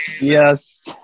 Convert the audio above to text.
yes